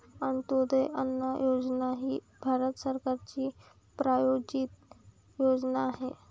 अंत्योदय अन्न योजना ही भारत सरकारची प्रायोजित योजना आहे